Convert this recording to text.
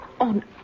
on